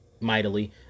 mightily